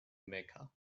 mecca